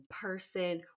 person